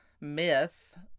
myth